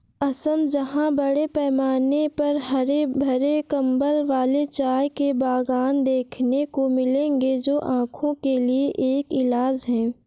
असम जहां बड़े पैमाने पर हरे भरे कंबल वाले चाय के बागान देखने को मिलेंगे जो आंखों के लिए एक इलाज है